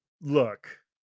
Look